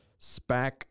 SPAC